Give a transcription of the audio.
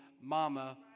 mama